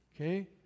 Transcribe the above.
Okay